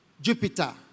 Jupiter